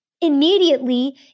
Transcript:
immediately